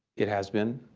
it has been,